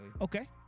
Okay